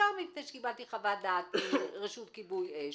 בעיקר כי קיבלתי חוות דעת מרשות כיבוי אש